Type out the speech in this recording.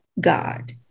God